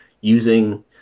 using